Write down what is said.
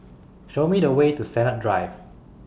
Show Me The Way to Sennett Drive